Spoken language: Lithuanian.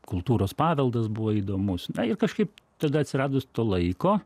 kultūros paveldas buvo įdomus ir kažkaip tada atsiradus to laiko